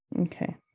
Okay